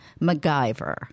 MacGyver